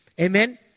Amen